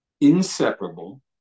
inseparable